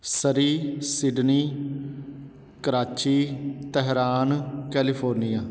Surrey Sydney Karachi Tehran California